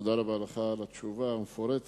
תודה רבה לך על התשובה המפורטת,